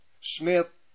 Smith